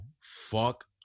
Fuck